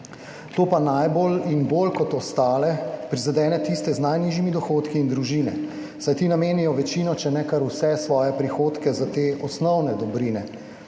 To pa najbolj in bolj kot ostale prizadene tiste z najnižjimi dohodki in družine, saj ti namenijo večino, če ne kar vseh svojih prihodkov, za te osnovne dobrine,